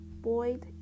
void